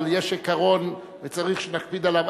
אבל יש עיקרון וצריך שנקפיד עליו,